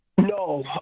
No